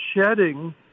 shedding